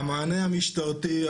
המענה המשטרתי,